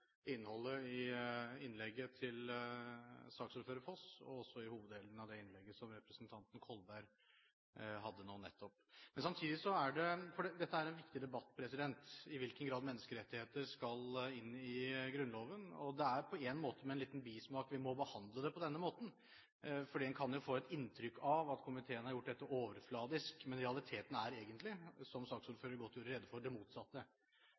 innholdet i innlegget til saksordfører Foss og også til hoveddelen av det innlegget som representanten Kolberg nå nettopp hadde. I hvilken grad menneskerettigheter skal inn i Grunnloven, er en viktig debatt, og det er på en måte med en liten bismak vi må behandle det på denne måten, for en kan jo få et inntrykk av at komiteen har gjort dette overfladisk. Men realiteten er egentlig, som saksordføreren godt gjorde rede for, det motsatte.